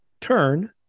turn